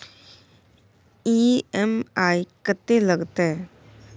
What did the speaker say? EMI कत्ते लगतै?